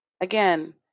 Again